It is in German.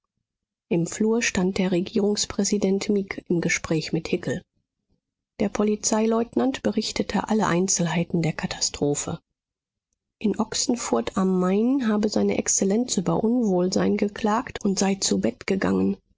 im flur stand der regierungspräsident mieg im gespräch mit hickel der polizeileutnant berichtete alle einzelheiten der katastrophe in ochsenfurt am main habe seine exzellenz über unwohlsein geklagt und sei zu bett gegangen